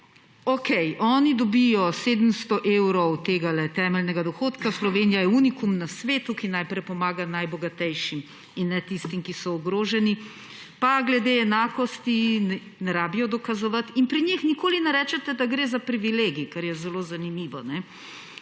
Okej, oni dobijo 700 evrov temeljnega dohodka, Slovenija je unikum na svetu, ki najprej pomaga najbogatejšim in ne tistim, ki so ogroženi. Pa glede enakosti ne rabijo dokazovati in pri njih nikoli ne rečete, da gre za privilegij, kar je zelo zanimivo.